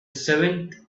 seventh